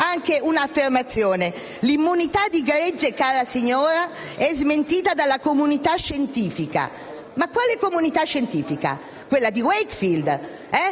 un'affermazione: «L'immunità di gregge, cara signora, è smentita dalla comunità scientifica». Ma quale comunità scientifica? Quella di Wakefield?